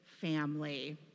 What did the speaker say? family